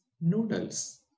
noodles